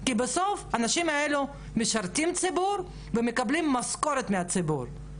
כי בסוף האנשים האלה משרתים ציבור ומקבלים משכורת מהציבור,